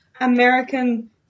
American